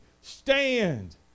stand